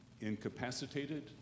incapacitated